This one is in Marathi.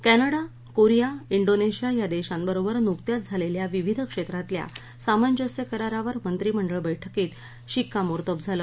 कॅनडा कोरिया इंडोनशिया या दशीबरोबर नुकत्याच झालच्खा विविध क्षप्रिल्या सामंजस्य करारावर मंत्रिमंडळ बैठकीत शिक्कामोर्तब झालं